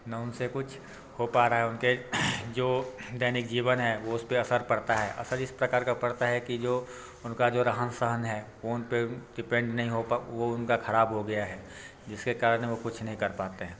न उनसे कुछ हो पा रहा है उनके जो दैनिक जीवन है वह उस पर असर पड़ता है असर इस प्रकार का पड़ता है कि जो उनका जो रहन सहन है वह उन पर डिपेंड नहीं हो पा वह उनका ख़राब हो गया है जिसके कारण वह कुछ नहीं कर पाते हैं